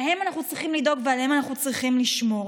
להם אנחנו צריכים לדאוג ועליהם אנחנו צריכים לשמור.